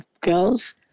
girl's